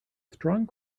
strong